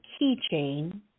keychain